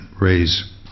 raise